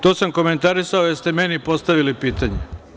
To sam komentarisao, jer ste meni postavili pitanje.